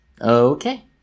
Okay